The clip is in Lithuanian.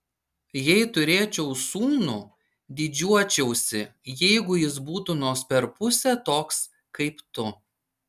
jei turėčiau sūnų didžiuočiausi jeigu jis būtų nors per pusę toks kaip tu